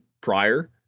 prior